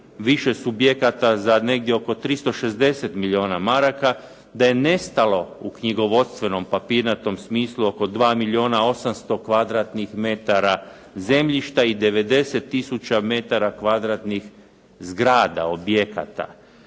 više subjekata za negdje oko 360 milijuna maraka, da je nestalo u knjigovodstvenom papirnatom smislu oko 2 milijuna 800 kvadratnih metara zemljišta i 90 tisuća metara kvadratnih zgrada, objekata.